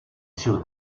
sur